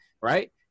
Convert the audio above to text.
Right